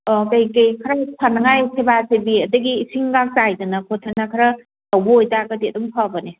ꯀꯩ ꯀꯩ ꯈꯔ ꯍꯦꯛ ꯐꯅꯉꯥꯏ ꯁꯦꯕꯥ ꯁꯦꯕꯤ ꯑꯗꯒꯤ ꯏꯁꯤꯡ ꯂꯥꯡ ꯆꯥꯏꯗꯅ ꯈꯣꯠꯇꯅ ꯈꯔ ꯇꯧꯕ ꯑꯣꯏꯇꯥꯔꯒꯗꯤ ꯑꯗꯨꯝ ꯐꯕꯅꯦ